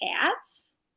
cats